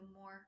more